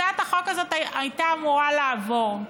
הצעת החוק הזאת הייתה אמורה לעבור.